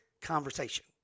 conversation